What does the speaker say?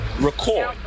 record